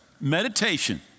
meditation